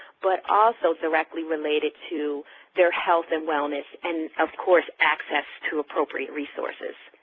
but also directly related to their health and wellness and of course access to appropriate resources.